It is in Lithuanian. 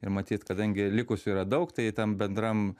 ir matyt kadangi likusių yra daug tai tam bendram